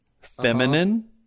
Feminine